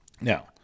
Now